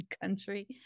country